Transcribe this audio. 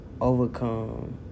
overcome